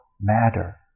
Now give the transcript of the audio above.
matter